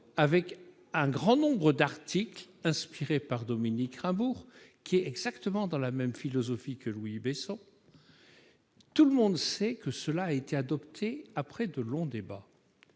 un grand nombre d'articles inspirés par Dominique Raimbourg, qui s'inscrit exactement dans la même philosophie que Louis Besson. Tout le monde sait que cette loi a été adoptée après de longs débats